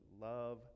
love